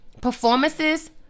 Performances